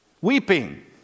weeping